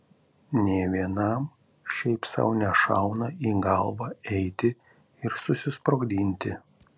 nė vienam šiaip sau nešauna į galvą eiti ir susisprogdinti